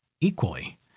Equally